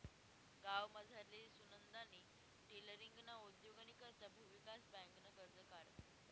गावमझारली सुनंदानी टेलरींगना उद्योगनी करता भुविकास बँकनं कर्ज काढं